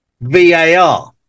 VAR